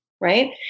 right